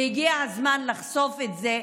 והגיע הזמן לחשוף את זה.